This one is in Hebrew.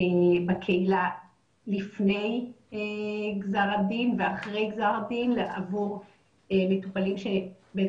בקהילה לפני גזר הדין ואחרי גזר הדין עבור מטופלים שבית